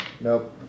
Nope